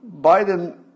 Biden